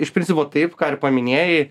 iš principo taip ką ir paminėjai